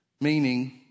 meaning